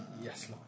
Yes